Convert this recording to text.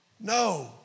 No